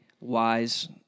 wise